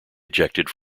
ejected